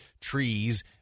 trees